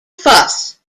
fuss